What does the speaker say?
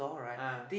ah